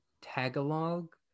tagalog